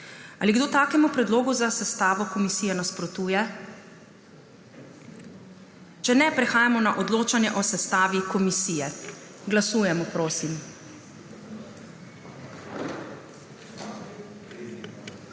Ali kdo takemu predlogu za sestavo komisije nasprotuje? (Ne.) Če ne, prehajamo na odločanje o sestavi komisije. Glasujemo.